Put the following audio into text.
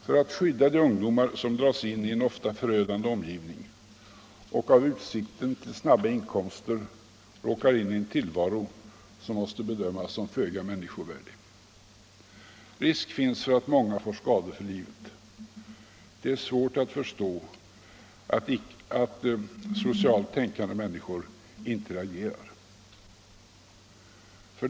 För att skydda de ungdomar som dras in i en ofta förödande om givning och av utsikten till snabba inkomster råkar in i en tillvaro som måste betecknas som föga människovärdig. Risk finns för att många får skador för livet. Det är svårt att förstå att socialt tänkande människor inte reagerar. 2.